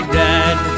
dead